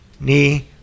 knee